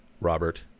Robert